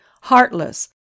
heartless